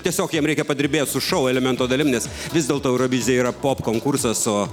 tiesiog jiem reikia padirbėt su šou elemento dalim nes vis dėlto eurovizija yra pop konkursas o